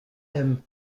him